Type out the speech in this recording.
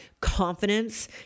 confidence